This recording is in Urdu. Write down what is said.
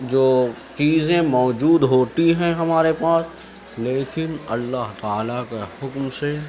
جو چیزیں موجود ہوتی ہیں ہمارے پاس لیکن اللہ تعالی کے حکم سے